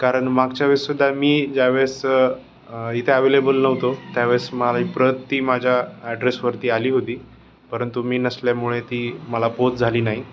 कारण मागच्या वेळेससुद्दा मी ज्यावेळेस इथे ॲवेलेबल नव्हतो त्यावेळेस माला प्रत ती माझ्या ॲड्रेसवरती आली होती परंतु मी नसल्यामुळे ती मला पोच झाली नाही